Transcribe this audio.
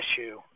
issue